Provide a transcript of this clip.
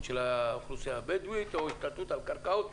של האוכלוסייה הבדואית או השתלטות על קרקעות.